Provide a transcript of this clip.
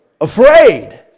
afraid